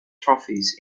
trophies